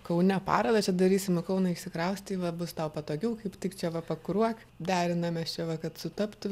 kaune parodą čia darysim į kauną išsikraustei va bus tau patogiau kaip tik čia va pakuruok derinamės čia va kad sutaptų